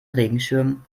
regenschirm